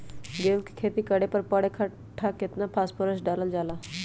गेंहू के खेती में पर कट्ठा केतना फास्फोरस डाले जाला?